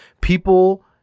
People